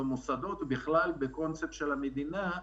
במוסדות ובכלל בקונספט של המדינה.